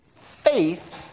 faith